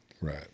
Right